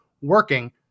working